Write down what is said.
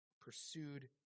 pursued